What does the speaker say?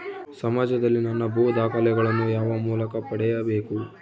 ಸಮಾಜದಲ್ಲಿ ನನ್ನ ಭೂ ದಾಖಲೆಗಳನ್ನು ಯಾವ ಮೂಲಕ ಪಡೆಯಬೇಕು?